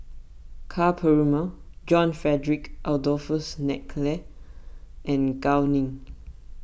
Ka Perumal John Frederick Adolphus McNair and Gao Ning